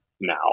now